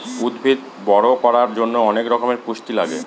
উদ্ভিদ বড়ো করার জন্য অনেক রকমের পুষ্টি লাগে